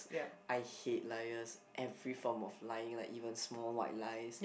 I hate liars every form of lying like even small white lies